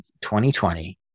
2020